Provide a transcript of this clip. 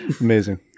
Amazing